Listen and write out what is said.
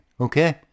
okay